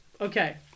Okay